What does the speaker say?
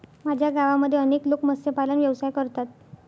माझ्या गावामध्ये अनेक लोक मत्स्यपालन व्यवसाय करतात